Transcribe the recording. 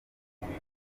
bibiri